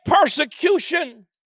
persecution